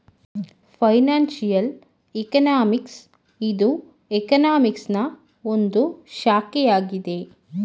financial economics ಇದು ಎಕನಾಮಿಕ್ಸನಾ ಒಂದು ಶಾಖೆಯಾಗಿದೆ